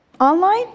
online